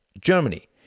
Germany